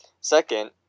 Second